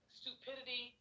stupidity